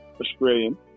Australian